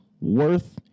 worth